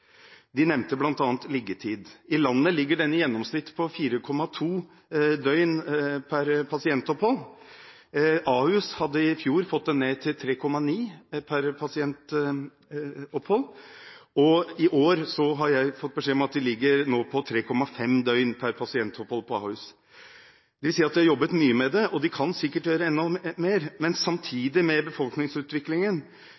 De nevnte bl.a. liggetid. I landet ligger den i gjennomsnitt på 4,2 døgn per pasientopphold. Ahus hadde i fjor fått den ned til 3,9 per pasientopphold, og i år har jeg fått beskjed om at Ahus nå ligger på 3,5 døgn per pasientopphold. Det vil si at de har jobbet mye med det, og de kan sikkert gjøre enda mer, men